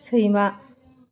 सैमा